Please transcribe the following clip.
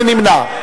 מי נמנע?